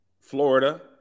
Florida